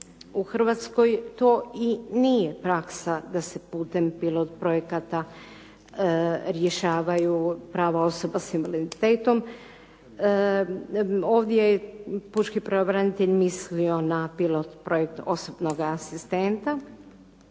u Hrvatskoj to i nije praksa da se putem pilot projekata rješavaju prava osoba s invaliditetom. Ovdje je pučki pravobranitelj mislio na pilot projekt osobnoga asistenta